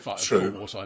true